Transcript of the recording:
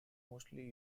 mostly